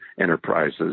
enterprises